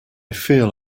feel